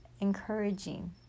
encouraging